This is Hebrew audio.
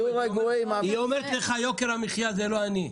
היא אומרת לך, יוקר המחיה זה לא אני.